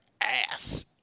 ass